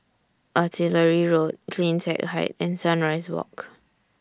Artillery Road CleanTech Height and Sunrise Walk